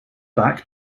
back